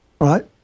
right